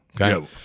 Okay